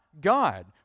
God